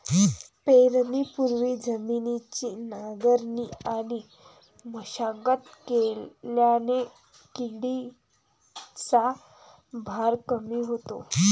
पेरणीपूर्वी जमिनीची नांगरणी आणि मशागत केल्याने किडीचा भार कमी होतो